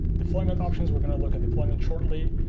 deployment options, we're going to look at deployment shortly.